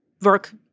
work